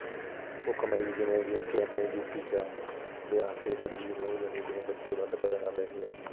ਭੁੱਖਮਰੀ ਜਿਵੇਂ ਜੀ ਇੱਥੇ ਆਪਣੇ ਯੂਪੀ 'ਚ ਆ ਬਿਹਾਰ 'ਚ ਇੱਧਰ ਜੀ ਬਹੁਤ ਜ਼ਿਆਦਾ ਜਿਵੇਂ ਬੱਚੇ ਵੱਧ ਪੈਦਾ ਕਰ ਲੈਂਦੇ ਆ